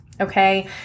Okay